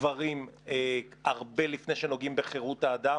דברים הרבה לפני שנוגעים בחירות האדם.